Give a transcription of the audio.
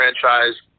franchise